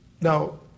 Now